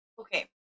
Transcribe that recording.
Okay